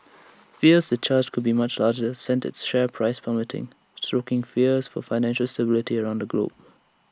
fears the charge could be much larger sent its share price plummeting stoking fears for financial stability around the globe